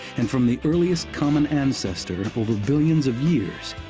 and from the earliest common ancestor, over billions of years,